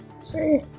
See